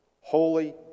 Holy